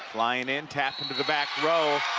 flying in, tapped into the back row